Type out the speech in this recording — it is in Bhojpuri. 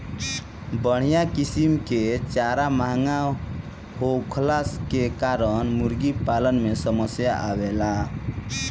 बढ़िया किसिम कअ चारा महंगा होखला के कारण मुर्गीपालन में समस्या आवेला